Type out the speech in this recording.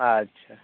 ᱟᱪᱪᱷᱟ